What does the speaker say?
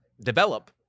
develop